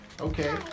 Okay